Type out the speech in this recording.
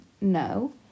no